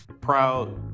proud